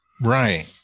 right